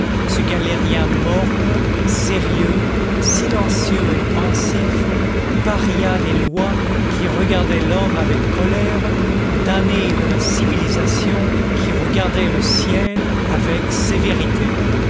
ce galérien morne sérieux silencieux et pensif paria des lois qui regardait l'homme avec colère damné de la civilisation qui regardait le ciel avec sévérité